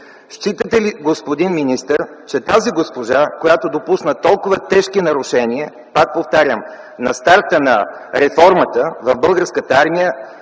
считате ли, че тази госпожа, която допусна толкова тежки нарушения, пак повтарям, на старта на реформата в Българската армия,